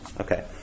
okay